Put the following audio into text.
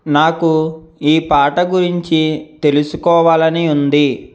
నాకు ఈ పాట గురించి తెలుసుకోవాలని ఉంది